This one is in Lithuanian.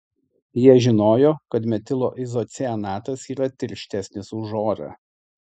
jie žinojo kad metilo izocianatas yra tirštesnis už orą